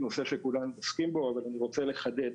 נושא שכולם עוסקים בו אבל אני רוצה לחדד.